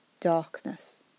darkness